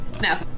No